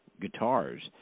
guitars